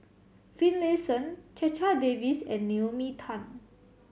Finlayson Checha Davies and Naomi Tan